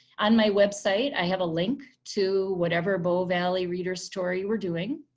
on my website i have a link to whatever bow valley reader story we're doing.